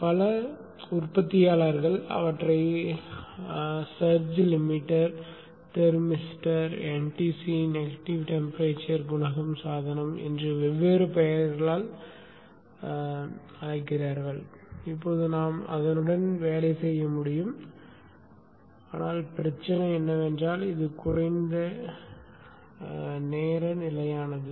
பல உற்பத்தியாளர்கள் அவற்றை surge limiter thermistor NTC negative temperature குணகம் சாதனம் என்று வெவ்வேறு பெயர்களால் அழைக்கிறார்கள் இப்போது நாம் அதனுடன் வேலை செய்ய முடியும் ஆனால் பிரச்சனை என்னவென்றால் இது குறைந்த நேர நிலையானது